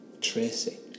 Tracy